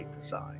design